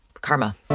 Karma